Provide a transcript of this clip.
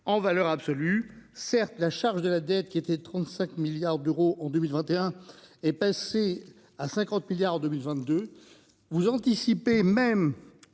en valeur absolue. Certes, la charge de la dette, qui était de 35 milliards d'euros en 2021 et passer à 50 milliards en 2022. Vous anticipe. Et même